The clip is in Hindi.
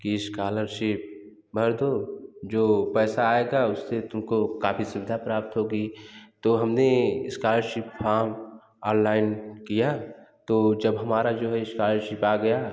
कि इस्कॉलरशिप भर दो जो पैसा आएगा उससे तुमको काफ़ी सुविधा प्राप्त होगी तो हमने इस्कॉलरशिप फॉर्म ऑनलाइन किया तो जब हमारा जो है इस्कॉलरशिप आ गया